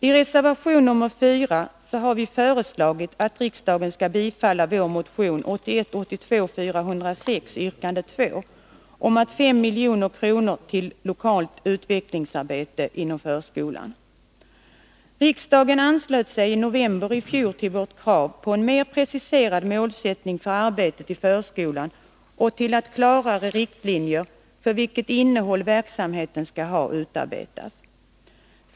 I reservation nr 4 har vi föreslagit att riksdagen skall bifalla vår motion 1981/82:406, yrkande 2, om 5 milj.kr. till lokalt utvecklingsarbete inom förskolan. Riksdagen anslöt sig i november i fjol till vårt krav på en mer preciserad målsättning för arbetet i förskolan och att klarare riktlinjer utarbetas för vilket innehåll verksamheten skall ha.